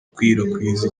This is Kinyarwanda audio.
gukwirakwiza